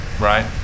Right